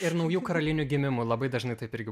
ir naujų karalienių gimimu labai dažnai taip irgi